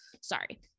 sorry